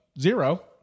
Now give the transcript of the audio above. zero